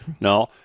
No